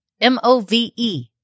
M-O-V-E